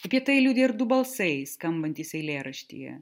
apie tai liudija ir du balsai skambantys eilėraštyje